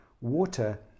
water